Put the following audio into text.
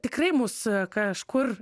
tikrai mus kažkur